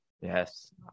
yes